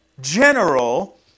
general